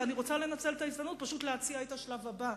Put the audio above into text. ואני רוצה לנצל את ההזדמנות פשוט להציע את השלב הבא,